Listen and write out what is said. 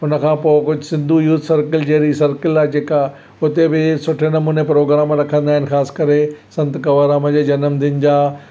उनखां पोइ कुझु सिंधू यूथ सर्कल जहिड़ी सर्कल आहे जेका उते बि सुठे नमूने प्रोग्राम रखंदा आहिनि ख़ासि करे संत कंवरराम जे जन्मदिन जा